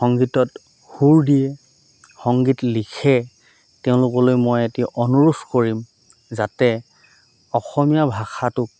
সংগীতত সুৰ দিয়ে সংগীত লিখে তেওঁলোকলৈ মই এটি অনুৰোধ কৰিম যাতে অসমীয়া ভাষাটোক